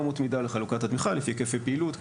ואמות מידה לחלוקת התמיכה לפי היקפי פעילות.